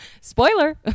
Spoiler